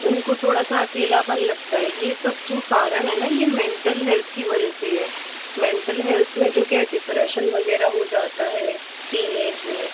उनको थोड़ा सा अकेलापन लगता है ये सब जो कारण है ना ये मेंटल हेल्थ की वजह से है मेंटल हेल्थ में जो के डिप्रेशन वगैरह हो जाता है टीन ऐज में